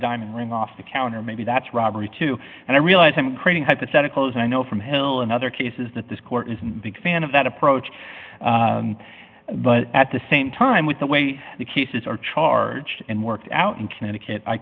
diamond ring off the counter maybe that's robbery too and i realize i'm creating hypotheticals and i know from hill and other cases that this court is a big fan of that approach but at the same time with the way the cases are charged and worked out in connecticut i